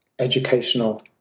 educational